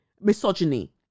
misogyny